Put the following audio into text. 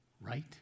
Right